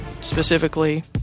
specifically